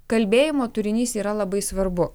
kalbėjimo turinys yra labai svarbu